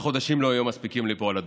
חודשים לא היו מספיקים לי פה על הדוכן.